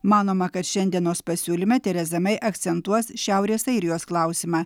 manoma kad šiandienos pasiūlyme tereza mei akcentuos šiaurės airijos klausimą